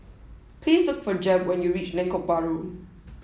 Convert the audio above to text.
please look for Jeb when you reach Lengkok Bahru